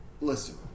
listen